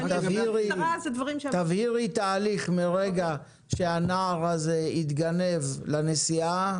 תבהירי את ההליך מרגע שהנער הזה התגנב לנסיעה,